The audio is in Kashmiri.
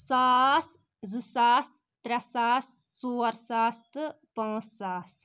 ساس زٕ ساس ترٛےٚ ساس ژور ساس تہٕ پانٛژھ ساس